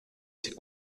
ces